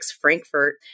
Frankfurt